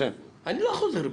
אני לא חוזר בי,